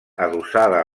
adossada